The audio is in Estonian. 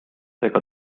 ega